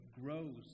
grows